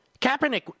Kaepernick